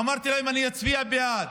אמרתי להם: אני אצביע בעד,